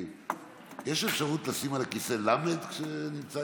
יש אפשרות לשים על הכיסא למ"ד כשנמצא